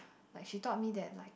like she taught me that like